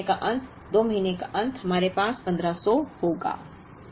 तो 1 महीने का अंत 2 महीने का अंत हमारे पास 1500 होगा